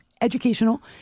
educational